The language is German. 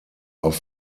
auf